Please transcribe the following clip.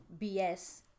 BS